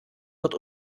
wird